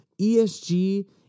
ESG